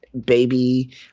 baby